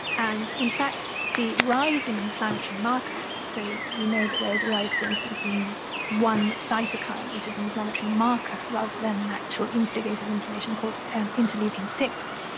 and in fact, the rise in inflammatory markers, so we know that there is a rise, for instance, in one cytokines, which is inflammatory marker rather than an actual instigated inflammation called and interleukin six.